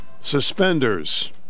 suspenders